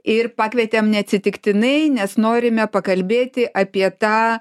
ir pakvietėm neatsitiktinai nes norime pakalbėti apie tą